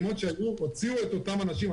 בפעימות שעברו הוציאו את אותם אנשים.